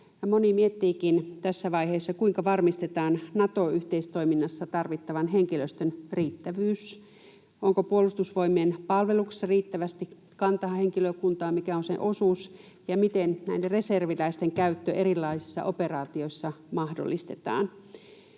moni miettiikin tässä vaiheessa, kuinka varmistetaan Nato-yhteistoiminnassa tarvittavan henkilöstön riittävyys. Onko Puolustusvoimien palveluksessa riittävästi kantahenkilökuntaa? Mikä on sen osuus, ja miten reserviläisten käyttö erilaisissa operaatioissa mahdollistetaan?